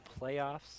playoffs